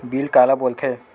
Bill काला बोल थे?